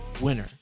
winner